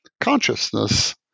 consciousness